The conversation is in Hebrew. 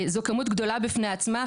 זו כמות גדולה בפני עצמה,